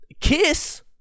Kiss